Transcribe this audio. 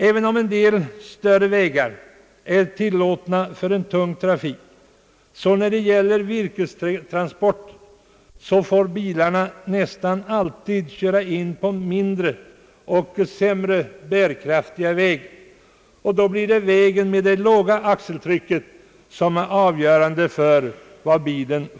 Även om en del större vägar är tilllåtna för tung trafik, måste bilarna när det gäller virkestransporter nästan alltid köra in på mindre och sämre bärkraftiga vägar, och avgörande för vad bilen får lasta blir då hur högt axeltryck som tillåtes på den mindre vägen.